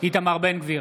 איתמר בן גביר,